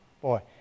boy